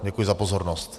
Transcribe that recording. Děkuji za pozornost.